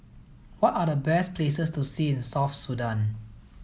what are the best places to see in South Sudan